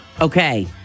Okay